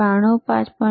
92 તેથી 5